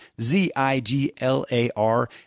Z-I-G-L-A-R